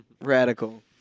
Radical